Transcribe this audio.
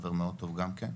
חבר מאוד טוב גם כן,